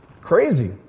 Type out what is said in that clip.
Crazy